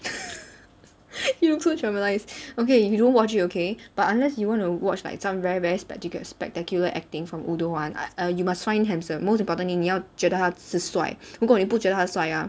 you too drama lies okay if you don't watch it okay but unless you want to watch like some very very spectacl~ spectacular acting from older one ah uh you must find handsome most importantly 你要觉得他是帅如果你不觉得他帅啊